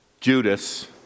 Judas